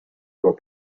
about